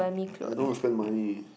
I don't know how to spend money